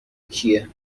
کیه